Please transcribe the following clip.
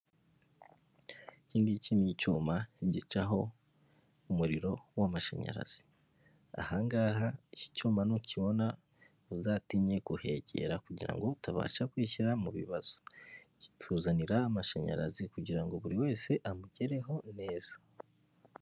Iki ngiki ni icyuma gicaho umuriro w'amashanyarazi, aha ngaha iki cyuma nukibona uzatinye kuhegera kugira ngo utabasha kwishyira mu bibazo, kituzanira amashanyarazi kugira ngo buri wese amugereho neza.